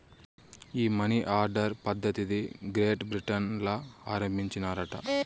ఈ money order పద్ధతిది great Britain ల ఆరంబించినారట